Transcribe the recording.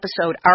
episode